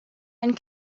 and